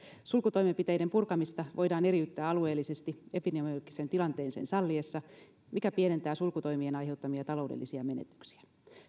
sulkutoimenpiteiden purkamista voidaan eriyttää alueellisesti epidemiologisen tilanteen sen salliessa mikä pienentää sulkutoimien aiheuttamia taloudellisia menetyksiä